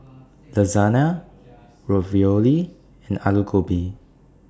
Lasagna Ravioli and Alu Gobi